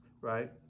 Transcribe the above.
right